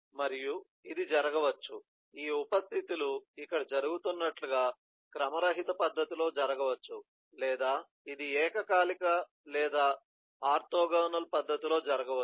మరియు ఇది జరగవచ్చు ఈ ఉప స్థితి లు ఇక్కడ జరుగుతున్నట్లుగా క్రమరహిత పద్ధతిలో జరగవచ్చు లేదా ఇది ఏకకాలిక లేదా ఆర్తోగోనల్ పద్ధతిలో జరగవచ్చు